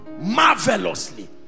marvelously